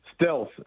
Stealth